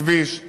הכביש,